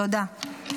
תודה.